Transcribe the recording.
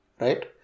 right